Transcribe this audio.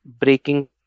breaking